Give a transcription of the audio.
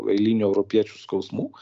eilinių europiečių skausmų